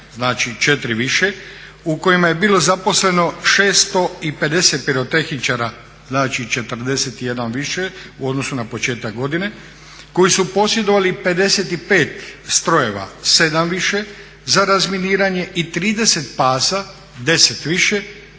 u kojima je bilo zaposleno 650 pirotehničara, znači 41 više u odnosu na početak godine koji su posjedovali 55 strojeva, 7 više za razminiranje i 30 pasa, 10 više.